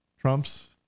Trumps